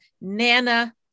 Nana